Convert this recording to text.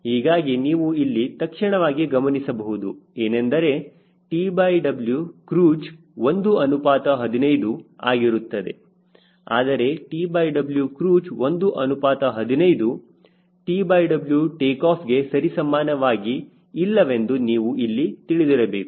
ಹೀಗಾಗಿ ನೀವು ಇಲ್ಲಿ ತಕ್ಷಣವಾಗಿ ಗಮನಿಸಬಹುದು ಏನೆಂದರೆ TW ಕ್ರೂಜ್ 1 ಅನುಪಾತ 15 ಆಗಿರುತ್ತದೆ ಆದರೆ TW ಕ್ರೂಜ್ 1 ಅನುಪಾತ 15 TW ಟೇಕಾಫ್ ಗೆ ಸರಿಸಮಾನವಾಗಿ ಇಲ್ಲವೆಂದು ನೀವು ಇಲ್ಲಿ ತಿಳಿದಿರಬೇಕು